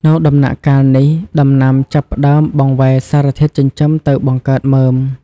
នៅដំណាក់កាលនេះ ដំណាំចាប់ផ្ដើមបង្វែរសារធាតុចិញ្ចឹមទៅបង្កើតមើម។